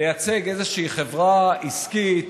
לייצג איזושהי חברה עסקית